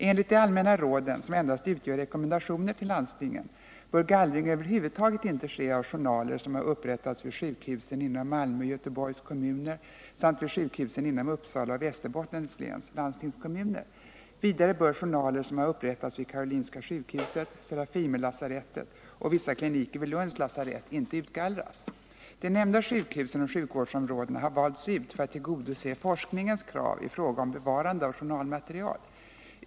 Enligt de allmänna råden, som endast utgör rekommendationer till landstingen, bör gallring över huvud taget inte ske av journaler, som har upprättats vid sjukhusen inom Malmö och Göteborgs kommuner samt vid sjukhusen inom Uppsala och Västerbottens läns landstingskommuner. Vidare bör journaler som har upprättats vid Karolinska sjukhuset, Serafimerlasarettet och vissa kliniker vid Lunds lasarett inte utgallras. De nämnda sjukhusen och sjukvårdsområdena har valts ut för att tillgodose forskningens krav i fråga om bevarande av journalmaterial.